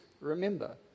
remember